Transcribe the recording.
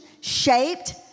shaped